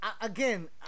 again